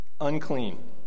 unclean